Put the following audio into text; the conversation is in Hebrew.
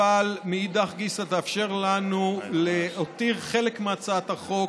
ומאידך גיסא, תאפשר לנו להותיר חלק מהצעת החוק